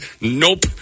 Nope